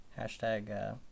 hashtag